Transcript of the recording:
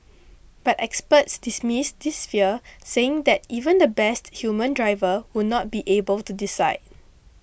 but experts dismiss this fear saying that even the best human driver would not be able to decide